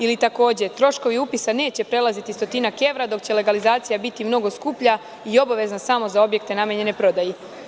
Ili, takođe - Troškovi upisa neće prelaziti stotinak evra, dok će legalizacija biti mnogo skuplja i obavezna samo za objekte namenjene prodaji.